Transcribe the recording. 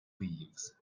leaves